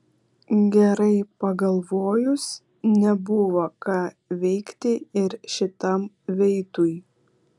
gerai pagalvojus nebuvo ką veikti ir šitam veitui